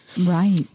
Right